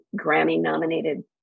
Grammy-nominated